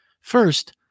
First